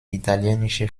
italienische